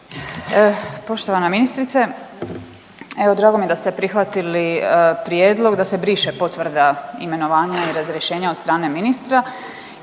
Poštovana ministrice, evo drago mi je da ste prihvatili prijedlog da se briše potvrda imenovanja i razrješenja od strane ministra